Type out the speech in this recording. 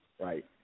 right